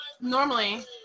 normally